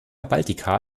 baltica